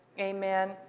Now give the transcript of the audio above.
Amen